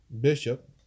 bishop